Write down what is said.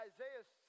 Isaiah